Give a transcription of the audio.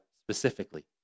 specifically